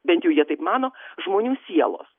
bent jau jie taip mano žmonių sielos